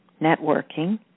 networking